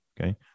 Okay